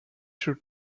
should